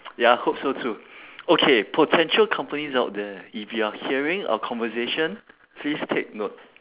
ya I hope so too okay potential companies out there if you are hearing our conversation please take note